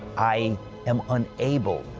i am unable.